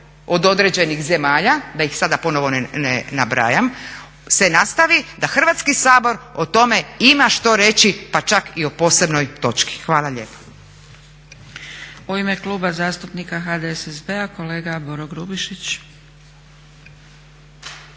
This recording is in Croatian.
od određenih zemalja, da ih sada ponovo ne nabrajam se nastavi da Hrvatski sabor o tome ima što reći pa čak i o posebnoj točki. Hvala lijepa.